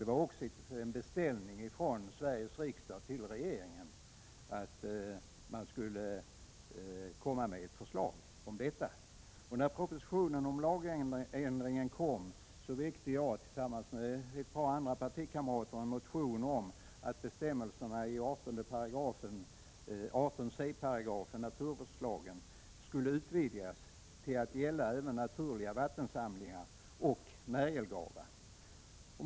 Det var också en beställning från Sveriges riksdag till regeringen att komma med ett förslag om detta. När propositionen om lagändringen kom, väckte jag tillsammans med ett par andra partikamrater en motion om att bestämmelserna i 18 c§ i naturvårdslagen skulle utvidgas till att gälla även naturliga vattensamlingar och märgelgravar.